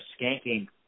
skanking